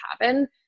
happen